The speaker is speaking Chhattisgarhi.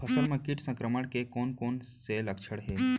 फसल म किट संक्रमण के कोन कोन से लक्षण हे?